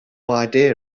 idea